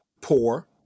poor